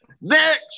Next